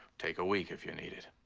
take a week if you need it.